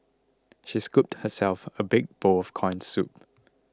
she scooped herself a big bowl of Corn Soup